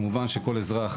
כמובן שכל אזרח,